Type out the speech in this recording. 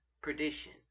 perdition